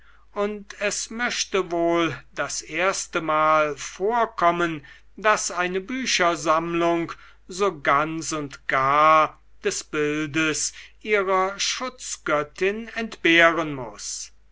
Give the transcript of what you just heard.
und es möchte wohl das erstemal vorkommen daß eine büchersammlung so ganz und gar des bildes ihrer schutzgöttin entbehren muß